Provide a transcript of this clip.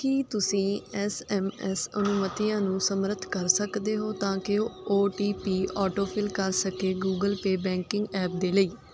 ਕੀ ਤੁਸੀਂਂ S M S ਅਨੁਮਤੀਆਂ ਨੂੰ ਸਮਰੱਥ ਕਰ ਸਕਦੇ ਹੋ ਤਾਂ ਕਿ ਓ ਟੀ ਪੀ ਓਟੋਫਿਲ ਕਰ ਸਕੇ ਗੁਗਲ ਪੇ ਬੈਂਕਿੰਗ ਐਪ ਦੇ ਲਈ